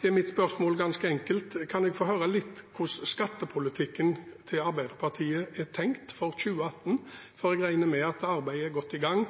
spørsmålet mitt ganske enkelt: Kan jeg få høre litt om hvordan skattepolitikken til Arbeiderpartiet er tenkt for 2018? Jeg regner med at arbeidet er godt i gang